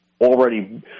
already